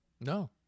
No